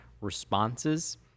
responses